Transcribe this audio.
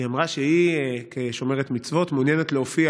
אמרה שהיא, כשומרת מצוות, מעוניינת להופיע